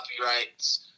copyrights